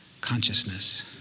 consciousness